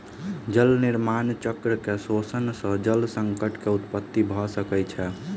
जल निर्माण चक्र के शोषण सॅ जल संकट के उत्पत्ति भ सकै छै